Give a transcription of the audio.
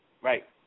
Right